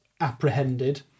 apprehended